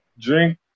Drink